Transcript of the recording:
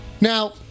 Now